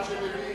ידבר אחד שמבין.